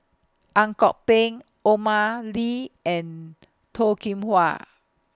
Ang Kok Peng Omar Lee and Toh Kim Hwa